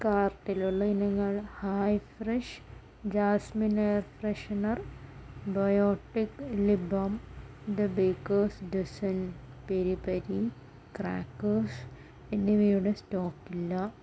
കാർട്ടിലുള്ള ഇനങ്ങൾ hi fresh jasmine air freshener Biotique lip balm the bakers dozen peri peri crackers എന്നിവയുടെ stock ഇല്ല